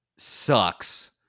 sucks